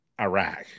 Iraq